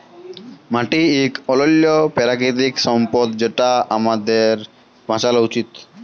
মাটি ইক অলল্য পেরাকিতিক সম্পদ যেটকে আমাদের বাঁচালো উচিত